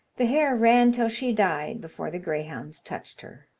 the hare ran till she died before the greyhounds touched her.